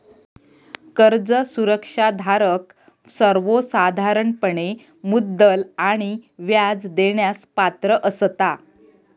कर्ज सुरक्षा धारक सर्वोसाधारणपणे मुद्दल आणि व्याज देण्यास पात्र असता